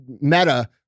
Meta